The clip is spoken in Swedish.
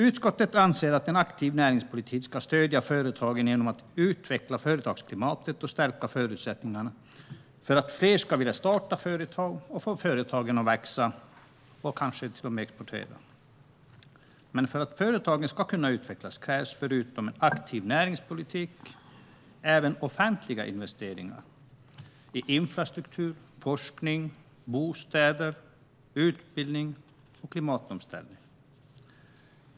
Utskottet anser att en aktiv näringspolitik ska stödja företagen genom att utveckla företagsklimatet och stärka förutsättningarna för att fler ska vilja starta företag och få företagen att växa och kanske till och med exportera. Men för att företagen ska kunna utvecklas krävs förutom en aktiv näringspolitik även offentliga investeringar i infrastruktur, forskning, bostäder, utbildning och klimatomställning.